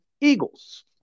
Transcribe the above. eagles